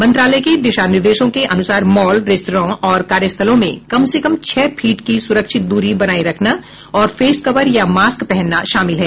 मंत्रालय के दिशा निर्देशों के अनुसार मॉल रेस्तरां या कार्यस्थलों में कम से कम छह फीट की सुरक्षित दूरी बनाए रखना और फेस कवर या मास्क पहनना शामिल है